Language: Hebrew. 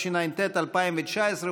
התשע"ט 2019,